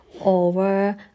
over